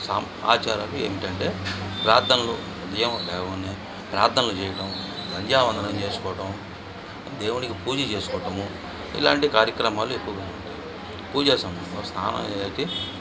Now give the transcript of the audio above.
సాం ఆచారాలు ఏంటంటే ప్రార్థనలు ఏమంటే అవన్నీ ప్రార్థనలు చేయటం సంధ్యా వందనం చేసుకోవటం దేవునికి పూజ చేసుకోవటము ఇలాంటి కార్యక్రమాలు ఎక్కువగా ఉంటాయి పూజా సమయంలో స్నానం చేయడానికి